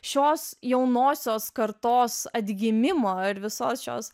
šios jaunosios kartos atgimimo ir visos šios